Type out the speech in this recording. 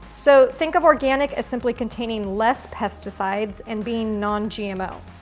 so, think of organic as simply containing less pesticides and being non-gmo.